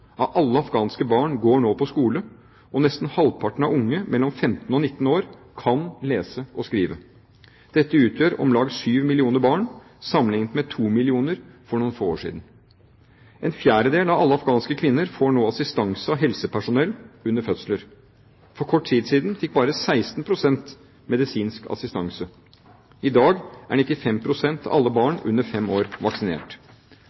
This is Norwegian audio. av alle afghanske barn går nå på skole, og nesten halvparten av unge mellom 15 og 19 år kan lese og skrive. Dette utgjør om lag syv millioner barn, sammenliknet med to millioner for noen få år siden. En fjerdedel av alle afghanske kvinner får nå assistanse av helsepersonell under fødsler. For kort tid siden fikk bare 16 pst. medisinsk assistanse. I dag er 95 pst. av alle barn under fem år vaksinert.